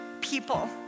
people